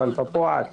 אבל יש כ-33,000.